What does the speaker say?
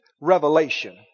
revelation